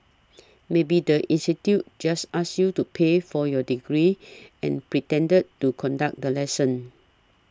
maybe the institute just asked you to pay for your degree and pretended to conduct the lesson